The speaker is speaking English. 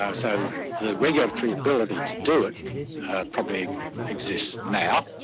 ah so the regulatory ability to do it probably exists now.